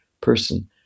person